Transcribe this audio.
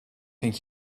think